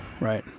Right